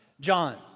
John